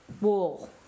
wall